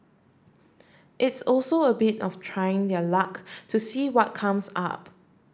it's also a bit of trying their luck to see what comes up